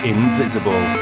Invisible